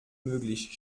möglich